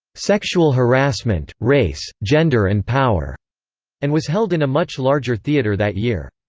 sexual harassment race, gender and power and was held in a much larger theater that year.